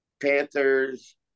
Panthers